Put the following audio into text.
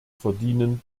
verdienen